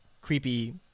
creepy